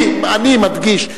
אני מדגיש,